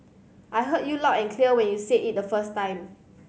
I heard you loud and clear when you said it the first time